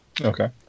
Okay